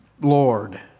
lord